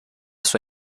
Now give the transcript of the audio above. sua